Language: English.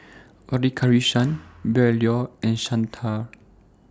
Radhakrishnan Bellur and Santha